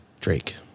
Drake